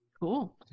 Cool